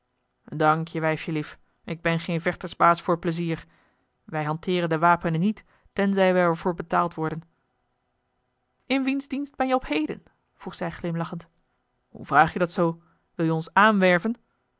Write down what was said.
monsteren dankje wijfjelief ik ben geen vechtersbaas voor pleizier wij hanteeren de wapenen niet tenzij we er voor betaald worden in wiens dienst ben je op heden vroeg zij glimlachend hoe vraag je dat zoo wil je ons aanwerven